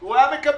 הוא היה מקבל.